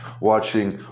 watching